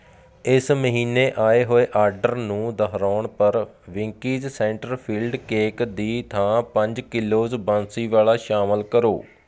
ਇਸ ਮਹੀਨੇ ਆਏ ਹੋਏ ਆਡਰ ਨੂੰ ਦੁਹਰਾਓ ਪਰ ਵਿੰਕੀਜ਼ ਸੈਂਟਰ ਫਿਲਡ ਕੇਕ ਦੀ ਥਾਂ ਪੰਜ ਕਿਲੋਜ਼ ਬਾਂਸੀਵਾਲਾ ਸ਼ਾਮਲ ਕਰੋ